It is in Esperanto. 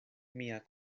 mia